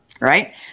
right